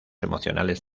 emocionales